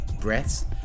breaths